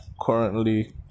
Currently